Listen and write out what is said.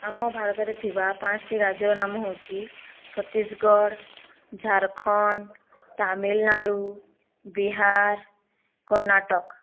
ଆମ ଭାରତରେ ଥିବା ପାଞ୍ଚ୍ ଟି ରାଜ୍ୟର ନାମ ହେଉଛି ଛତିଶଗଡ଼ ଝାଡ଼ଖଣ୍ଡ ତାମିଲନାଡ଼ୁ ବିହାର କର୍ଣ୍ଣାଟକ